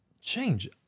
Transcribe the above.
change